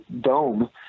dome